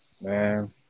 man